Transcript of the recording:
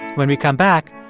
when we come back,